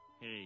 Hey